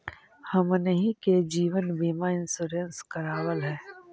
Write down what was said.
हमनहि के जिवन बिमा इंश्योरेंस करावल है?